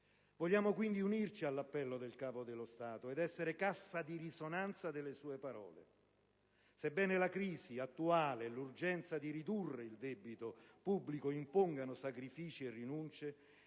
Vogliamo quindi unirci all'appello del Capo dello Stato ed essere cassa di risonanza delle sue parole. Sebbene la crisi attuale e l'urgenza di ridurre il debito pubblico impongano sacrifici e rinunce,